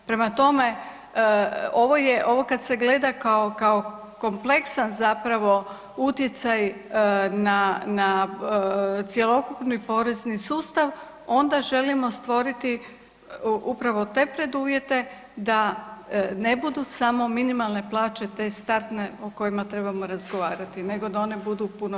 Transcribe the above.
Prema tome ovo kada se gleda kao kompleksan zapravo utjecaj na cjelokupni porezni sustav onda želimo stvoriti upravo te preduvjete da ne budu samo minimalne plaće te startne o kojima trebamo razgovarati, nego da one budu puno više.